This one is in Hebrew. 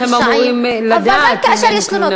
אבל איך הם אמורים לדעת אם אין תלונה?